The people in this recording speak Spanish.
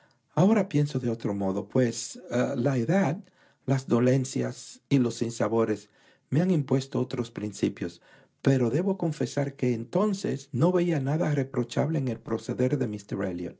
ahora pienso de otro modo pues la edad las dolencias y los sinsabores me han impuesto otros principios pero debo confesar que entonces no veía nada reprochable en el proceder de